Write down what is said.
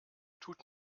tut